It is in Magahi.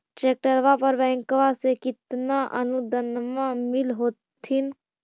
ट्रैक्टरबा पर बैंकबा से कितना अनुदन्मा मिल होत्थिन?